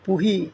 পুহি